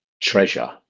treasure